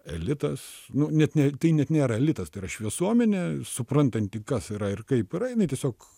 elitas nu net ne tai net nėra elitas tai yra visuomenė suprantanti kas yra ir kaip yra jinai tiesiog